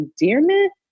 endearment